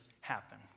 happen